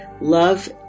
love